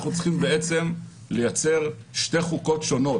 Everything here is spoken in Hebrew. אנחנו צריכים לייצר שתי חוקות שונות.